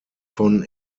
von